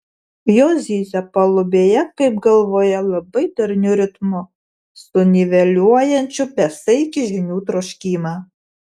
jos zyzia palubėje kaip galvoje labai darniu ritmu suniveliuojančiu besaikį žinių troškimą